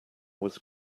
was